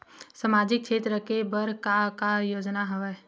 सामाजिक क्षेत्र के बर का का योजना हवय?